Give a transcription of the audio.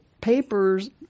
papers